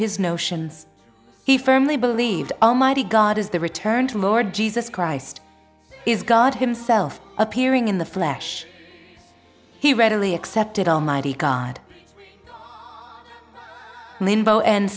his notions he firmly believed almighty god is the return to lord jesus christ is god himself appearing in the flesh he readily accepted almighty god in limbo and